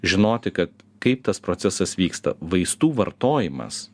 žinoti kad kaip tas procesas vyksta vaistų vartojimas